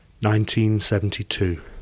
1972